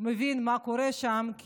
מבינים מה קורה שם,